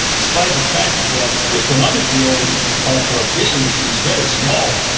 despite the fact that the economic role um of ah fisheries is very small,